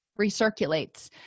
recirculates